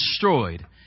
destroyed